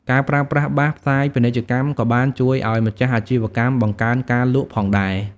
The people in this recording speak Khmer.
ការប្រើប្រាស់បាសផ្សាយពាណិជ្ជកម្មក៏បានជួយឱ្យម្ចាស់អាជីវកម្មបង្កើនការលក់ផងដែរ។